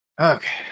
Okay